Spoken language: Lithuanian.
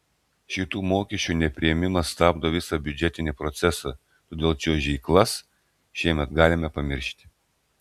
šitų mokesčių nepriėmimas stabdo visą biudžetinį procesą todėl čiuožyklas šiemet galime pamiršti